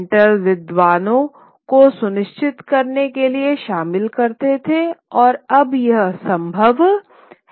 printer विद्वानों को सुनिश्चित करने के लिए शामिल करते हैं और अब यह संभव है